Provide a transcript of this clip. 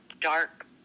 dark